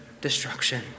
destruction